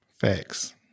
Facts